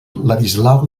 ladislau